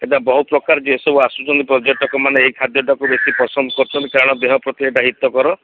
ଏଇଟା ବହୁ ପ୍ରକାର ଯେଉଁ ସବୁ ଆସୁଛନ୍ତି ପର୍ଯ୍ୟଟକ ମାନେ ଏଇ ଖାଦ୍ୟଟାକୁ ବହୁତ ପସନ୍ଦ କରୁଛନ୍ତି କାହିଁକି ନା ଦେହ ପ୍ରତି ଏଇଟା ହିତକର